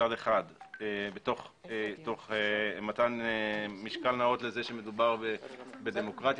מצד אחד בתוך מתן משקל לזה שמדובר בדמוקרטיה